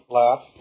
laugh